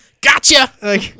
Gotcha